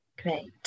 Great